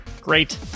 Great